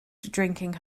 drinking